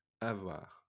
avoir